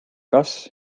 kas